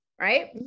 right